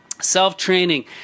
Self-Training